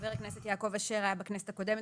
חבר הכנסת יעקב אשר היה בכנסת הקודמת.